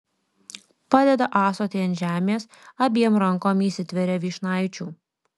padeda ąsotį ant žemės abiem rankom įsitveria vyšnaičių